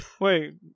Wait